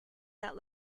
that